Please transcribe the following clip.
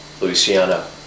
louisiana